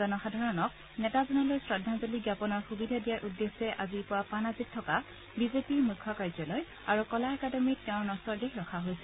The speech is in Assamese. জনসাধাৰণক শ্ৰদ্ধাঞ্জলি জ্ঞাপনৰ সুবিধা দিয়াৰ উদ্দেশ্যে আজি পুৱা পানাজীত থকা বিজেপিৰ মুখ্য কাৰ্যালয় আৰু কলা একাডেমিত তেওঁৰ নশ্বৰ দেহ ৰখা হৈছিল